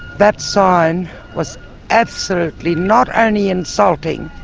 that sign was absolutely not only insulting,